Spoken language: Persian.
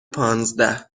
پانزده